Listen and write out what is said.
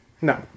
No